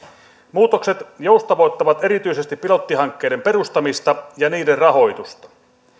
muutokset joustavoittavat erityisesti pilottihankkeiden perustamista ja niiden rahoitusta